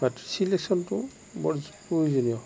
মাটিৰ ছিলেকশ্যনটো বৰ প্ৰয়োজনীয়